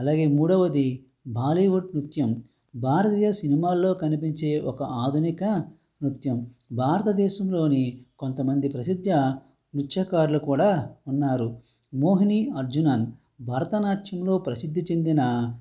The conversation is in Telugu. అలాగే మూడవది బాలీవుడ్ నృత్యం భారతదేశ సినిమాల్లో కనిపించే ఒక ఆధునిక నృత్యం భారతదేశంలోని కొంతమంది ప్రసిద్ధ నృత్యకారులు కూడా ఉన్నారు మోహినీ అర్జునన్ భరతనాట్యంలో ప్రసిద్ది చెందిన